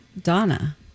Donna